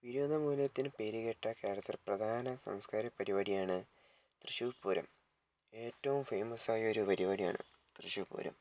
വിനോദ മൂല്യത്തിന് പേരുകേട്ട കേരളത്തിലെ പ്രധാന സാംസ്ക്കാരിക പരിപാടിയാണ് തൃശൂർ പൂരം ഏറ്റവും ഫേമസ് ആയ ഒരു പരിപാടിയാണ് തൃശൂർ പൂരം